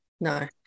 No